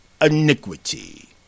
iniquity